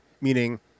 meaning